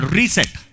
reset